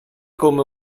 come